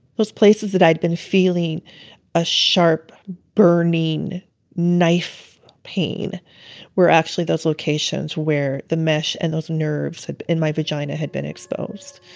those places that i'd been feeling a sharp burning knife pain were actually those locations where the mesh and those nerves in my vagina had been exposed.